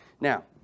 Now